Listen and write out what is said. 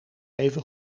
even